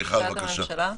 מיכל, בבקשה.